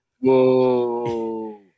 Whoa